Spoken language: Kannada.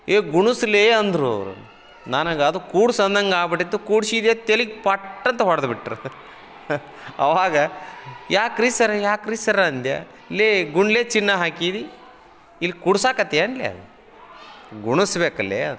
ಏ ಗುಣಸ್ಲೇ ಅಂದರು ಅವರು ನನಗೆ ಅದು ಕೂಡ್ಸು ಅಂದಗಾಗ್ಬಿಟ್ಟಿತ್ತು ಕೂಡ್ಸಿದೆ ತಲಿಗೆ ಪಟ್ಟಂತ ಹೊಡ್ದು ಬಿಟ್ರು ಆವಾಗ ಯಾಕ್ರಿ ಸರ್ ಯಾಕ್ರಿ ಸರ್ ಅಂದೆ ಲೇ ಗುಂಡ್ಲೇ ಚಿನ್ನ ಹಾಕಿರಿ ಇಲ್ಲಿ ಕೂಡ್ಸಕತ್ಯೆನ್ಲೆ ಗುಣಸ್ಬೇಕ್ಲೇ ಅಂತಂದರು